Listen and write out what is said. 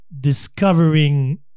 discovering